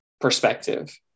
perspective